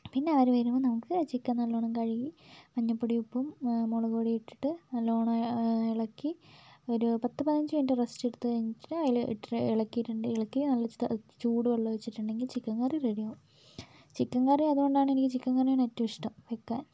പിന്നെ അവർ വരുമ്പം നമുക്ക് ആ ചിക്കൻ നല്ലവണ്ണം കഴുകി മഞ്ഞപ്പൊടി ഉപ്പും മുളകുപൊടിയും ഇട്ടിട്ട് നല്ലവണ്ണം ഇളക്കി ഒരു പത്ത് പതിനഞ്ച് മിനിറ്റ് റെസ്റ്റ് എടുത്ത് കഴിഞ്ഞിട്ട് അതിൽ ഇട്ട് ഇളക്കിയിട്ടുണ്ടെങ്കിൽ ഇളക്കി നല്ല ചൂട് വെള്ളം ഒഴിച്ചിട്ടുണ്ടെങ്കിൽ ചിക്കൻ കറി റെഡി ആവും ചിക്കൻ കറി അതുകൊണ്ടാണ് എനിക്ക് ചിക്കൻ കറി ആണ് ഏറ്റവും ഇഷ്ടം വയ്ക്കാൻ